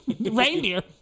Reindeer